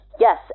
Yes